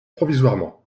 provisoirement